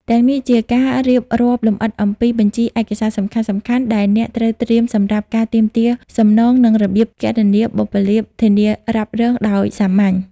ទាំងនេះជាការរៀបរាប់លម្អិតអំពី បញ្ជីឯកសារសំខាន់ៗ ដែលអ្នកត្រូវត្រៀមសម្រាប់ការទាមទារសំណង និង របៀបគណនាបុព្វលាភ ធានារ៉ាប់រងដោយសាមញ្ញ។